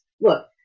Look